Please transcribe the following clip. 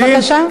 בבקשה.